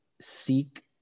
seek